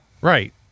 Right